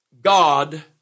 God